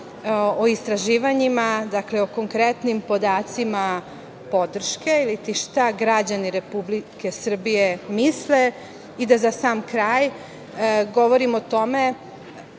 o istraživanjima, o konkretnim podacima podrške iliti šta građani Republike Srbije misle i da za sam kraj govorim o tome